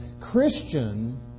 Christian